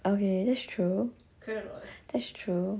okay that's true that's true